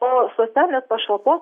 o socialinės pašalpos